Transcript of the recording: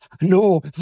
No